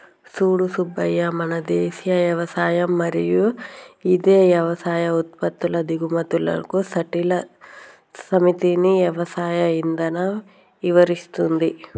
సూడు సూబ్బయ్య మన దేసీయ యవసాయం మరియు ఇదే యవసాయ ఉత్పత్తుల దిగుమతులకు సట్టిల సమితిని యవసాయ ఇధానం ఇవరిస్తుంది